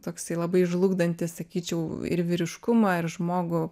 toksai labai žlugdantis sakyčiau ir vyriškumą ir žmogų